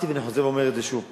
אמרתי ואני חוזר ואומר שוב,